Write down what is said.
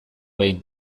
behin